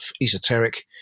esoteric